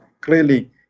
clearly